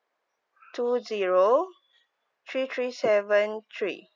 two zero three three seven three